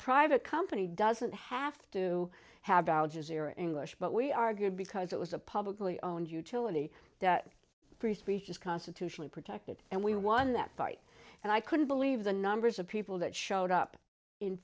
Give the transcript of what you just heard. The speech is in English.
private company doesn't have to have al jazeera english but we argued because it was a publicly owned the debt free speech is constitutionally protected and we won that fight and i couldn't believe the numbers of people that showed up in